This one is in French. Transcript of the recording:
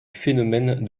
phénomène